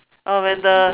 oh when the